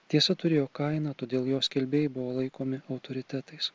tiesa turėjo kainą todėl jos skelbėjai buvo laikomi autoritetais